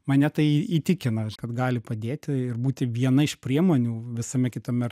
mane tai įtikina kad gali padėti ir būti viena iš priemonių visame kitam ar